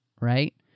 right